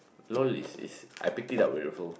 lol is is I picked it up also